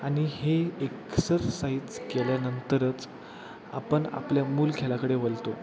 आणि हे एक्सरसाइज केल्यानंतरच आपण आपल्या मूळ खेळाकडे वळतो